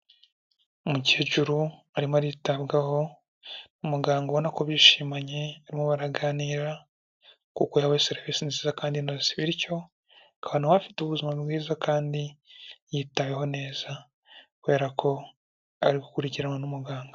Umukecuru arimo aritabwaho n'umuganga ubona ko bishimanye, barimo baraganira kuko yahawe serivisi nziza kandi inoze bityo akaba na we afite ubuzima bwiza kandi yitaweho neza kubera ko ari gukurikiranwa n'umuganga.